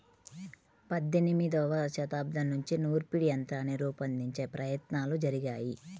పద్దెనిమదవ శతాబ్దం నుంచే నూర్పిడి యంత్రాన్ని రూపొందించే ప్రయత్నాలు జరిగాయి